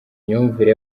myumvire